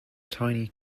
tiny